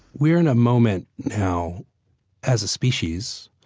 we're in a moment now as a species,